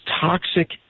toxic